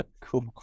cool